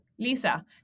Lisa